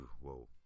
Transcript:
Whoa